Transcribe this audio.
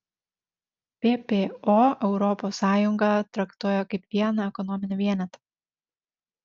ppo europos sąjungą traktuoja kaip vieną ekonominį vienetą